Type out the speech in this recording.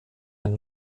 ein